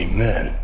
Amen